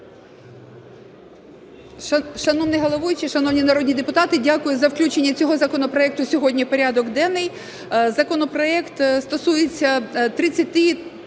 Шановні колеги, шановні народні депутати! Дякую за включення цього законопроекту сьогодні в порядок денний. Законопроект стосується 35…